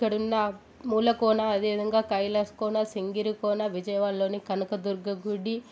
ఇక్కడున్న మూలకోన అదేవిధంగా కైలాష్ కోన సింగిరి కోన విజయవాడలోని కనకదుర్గ గుడి